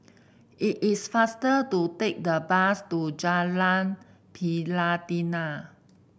it is faster to take the bus to Jalan Pelatina